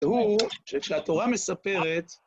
זהו, כשהתורה מספרת